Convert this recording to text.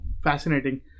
Fascinating